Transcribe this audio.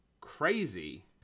crazy